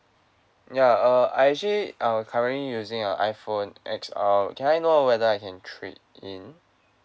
ya uh I actually uh currently using a iPhone X_R can I know whether I can trade in